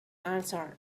answered